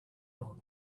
dog